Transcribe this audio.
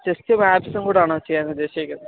ചെസ്റ്റും ആക്സും കൂടാണോ ചെയ്യാൻ ഉദ്ദേശിക്കുന്നത്